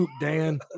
Dan